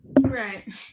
Right